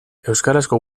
euskarazko